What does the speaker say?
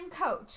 coach